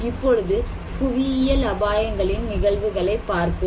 இப்பொழுது புவியியல் அபாயங்களின் நிகழ்வுகளை பார்ப்போம்